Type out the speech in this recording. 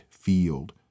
field